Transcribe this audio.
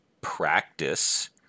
practice